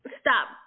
stop